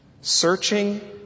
searching